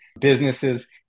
businesses